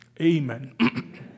Amen